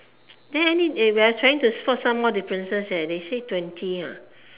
then I mean eh we are trying to spot some more differences leh they say twenty